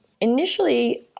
initially